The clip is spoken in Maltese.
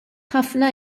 ħafna